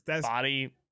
body